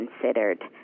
considered